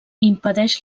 impedeix